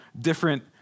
different